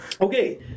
Okay